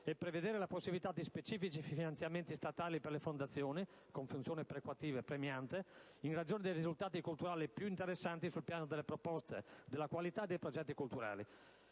e prevedere la possibilità di specifici finanziamenti statali per le fondazioni (con funzione perequativa e premiante), in ragione dei risultati culturali più interessanti sul piano delle proposte, della qualità e dei progetti culturali.